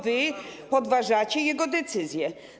Wy podważacie jego decyzję.